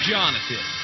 Jonathan